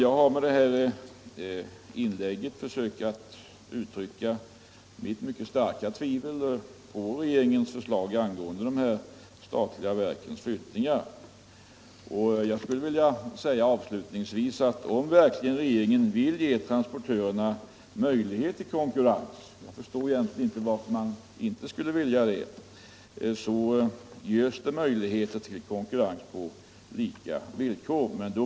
Jag har med mina inlägg försökt uttrycka mitt mycket starka tvivel på regeringens förslag angående de statliga verkens flyttningar. Avslutningsvis skulle jag vilja säga att om verkligen regeringen vill ge transportörerna möjlighet till konkurrens — jag förstår egentligen inte varför man inte skulle vilja det — så kan det bli konkurrens på lika villkor.